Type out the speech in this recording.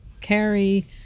carry